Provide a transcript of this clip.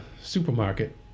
supermarket